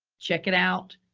check it out.